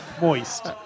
moist